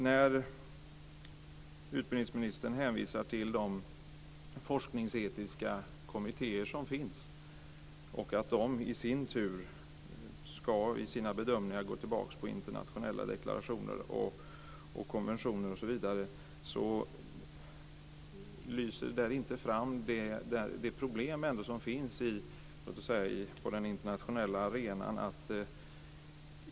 När utbildningsministern hänvisar till de forskningsetiska kommittéer som finns och menar att de i sina bedömningar ska gå tillbaks på internationella deklarationer och konventioner lyser det problem som ändå finns på den internationella arenan inte igenom.